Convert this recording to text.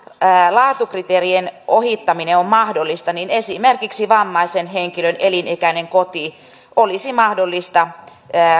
laatukriteerien ohittaminen on mahdollista niin esimerkiksi vammaisen henkilön elinikäinen koti olisi mahdollista